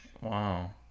Wow